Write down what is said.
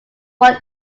one